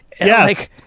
Yes